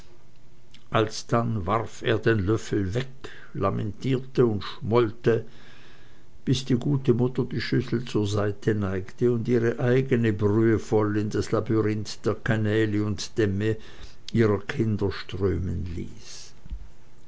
alsdann warf er den löffel weg lamentierte und schmollte bis die gute mutter die schüssel zur seite neigte und ihre eigene brühe voll in das labyrinth der kanäle und dämme ihrer kinder strömen ließ